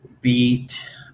beat